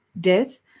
death